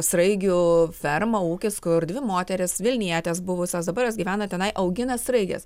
sraigių ferma ūkis kur dvi moterys vilnietės buvusios dabar jos gyvena tenai augina sraiges